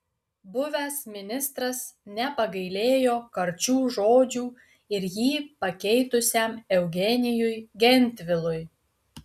buvęs ministras nepagailėjo karčių žodžių ir jį pakeitusiam eugenijui gentvilui